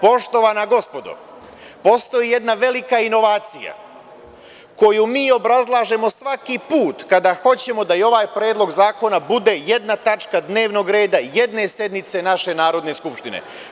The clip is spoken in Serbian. Poštovana gospodo, postoji jedna velika inovacija koju mi obrazlažemo svaki put kada hoćemo da i ovaj predlog zakona bude jedna tačka dnevnog reda jedne sednice naše Narodne skupštine.